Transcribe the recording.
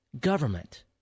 government